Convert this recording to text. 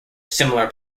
similar